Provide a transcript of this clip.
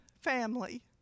family